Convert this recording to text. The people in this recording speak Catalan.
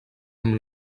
amb